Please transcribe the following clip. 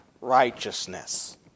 righteousness